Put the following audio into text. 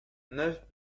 neuf